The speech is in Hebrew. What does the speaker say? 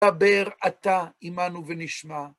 תדבר אתה עמנו ונשמע.